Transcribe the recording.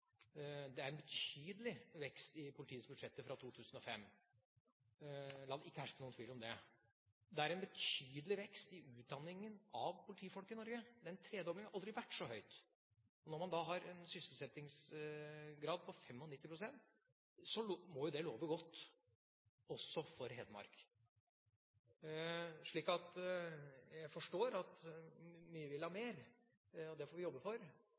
Det er en betydelig vekst i politiets budsjetter fra 2005 – la det ikke herske noen tvil om det. Det er en betydelig vekst i utdanningen av politifolk i Norge – det er en tredobling, det har aldri vært så høyt. Når man da har en sysselsettingsgrad på 95 pst., må jo det love godt, også for Hedmark. Jeg forstår at mye vil ha mer, og det får vi jobbe for. Samtidig er det jo gledelig for Hedmark sin del, og for